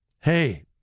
Hey